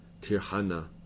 Tirhana